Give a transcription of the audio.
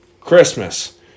Christmas